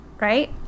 Right